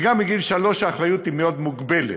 וגם מגיל שלוש האחריות מאוד מוגבלת.